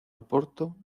oporto